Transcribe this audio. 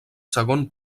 segon